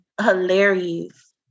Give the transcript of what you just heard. hilarious